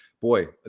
Boy